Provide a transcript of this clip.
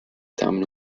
damen